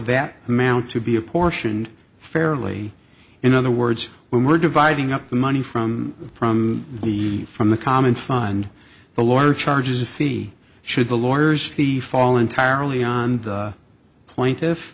that amount to be apportioned fairly in other words we're dividing up the money from from the from the common fund the lawyer charges a fee should the lawyers fee fall entirely on the plaintiff